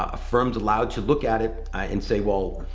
a firm is allowed to look at it and say, well,